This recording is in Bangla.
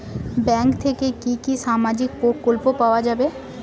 ব্যাঙ্ক থেকে কি কি সামাজিক প্রকল্প পাওয়া যাবে?